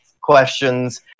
questions